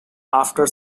after